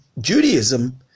Judaism